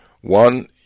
One